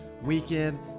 weekend